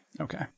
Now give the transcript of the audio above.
Okay